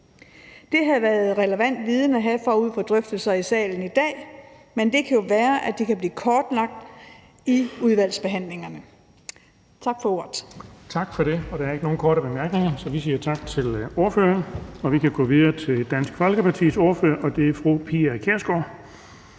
Det havde været relevant viden at have forud for drøftelserne i salen i dag, men det kan jo være, at det kan blive kortlagt i udvalgsbehandlingerne. Tak for ordet